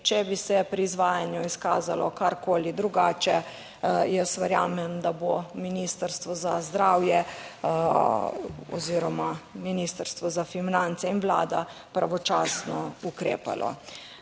če bi se pri izvajanju izkazalo karkoli drugače, jaz verjamem, da bo Ministrstvo za zdravje oziroma Ministrstvo za finance in Vlada pravočasno ukrepala,